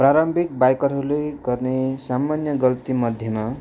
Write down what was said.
प्रारम्भिक बाइकरहरूले गर्ने सामान्य गल्ती मध्येमा